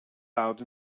out